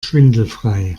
schwindelfrei